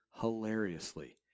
hilariously